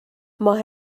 ماه